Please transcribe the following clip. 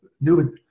new